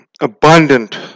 abundant